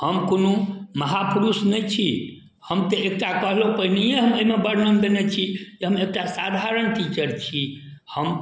हम कोनो महापुरुष नहि छी हम तऽ एकटा कहलहुँ पहनहिए हम एहिमे वर्णन देने छी जे हम एकटा साधारण टीचर छी हम